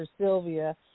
Sylvia